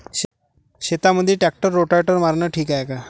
शेतामंदी tractor rotavator मारनं ठीक हाये का?